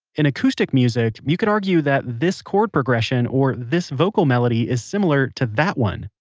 in acoustic music, you could argue that this chord progression or this vocal melody is similar to that one.